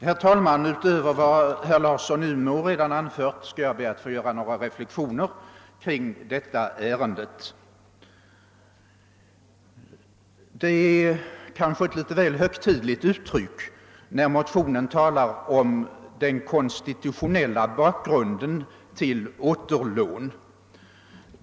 Herr talman! Utöver vad herr Larsson i Umeå redan har anfört vill jag göra några reflexioner i detta ärende. Det är kanske litet väl högtidligt uttryckt när motionen talar om »den konstitutionella bakgrunden« till återlån.